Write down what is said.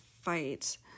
fight